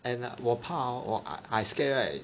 and ah 我怕 hor I scared right